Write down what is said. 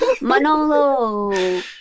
Manolo